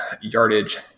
yardage